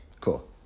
Cool